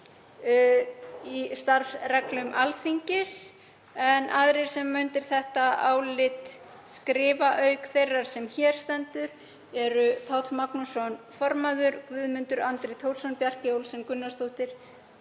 í starfsreglum Alþingis. Undir þetta álit skrifa, auk þeirrar sem hér stendur, Páll Magnússon, formaður, Guðmundur Andri Thorsson, Bjarkey Olsen Gunnarsdóttir,